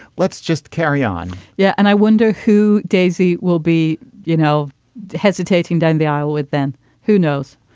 let's just carry on yeah. and i wonder who daisy will be you know hesitating down the aisle with them who knows